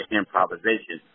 improvisation